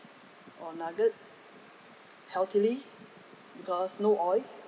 or nugget healthily because no oil